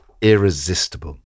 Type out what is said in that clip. irresistible